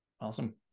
Awesome